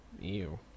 Ew